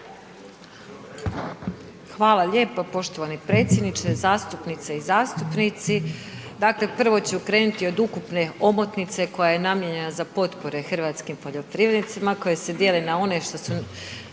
Hvala lijepo poštovani predsjedniče. Zastupnice i zastupnici. Dakle, prvo ću krenuti od ukupne omotnice koja je namijenjena za potpore hrvatskim poljoprivrednicima koje se dijele na one što su